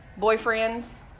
boyfriends